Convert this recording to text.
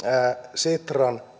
sitran